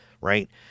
right